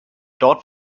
dort